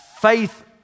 faith